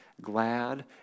glad